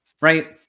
right